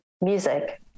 music